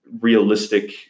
realistic